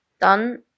done